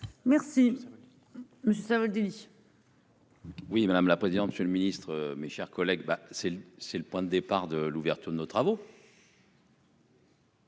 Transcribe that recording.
Merci. Monsieur Savoldelli.-- Oui madame la présidente, monsieur le ministre, mes chers collègues. Ben c'est le, c'est le point de départ de l'ouverture de nos travaux.